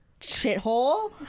shithole